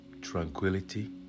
Tranquility